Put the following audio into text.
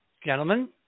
gentlemen